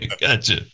Gotcha